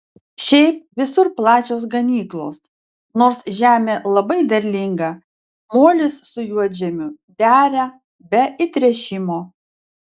šiaip visur plačios ganyklos nors žemė labai derlinga molis su juodžemiu dera be įtręšimo